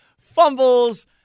fumbles